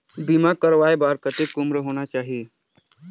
बीमा करवाय बार कतेक उम्र होना चाही?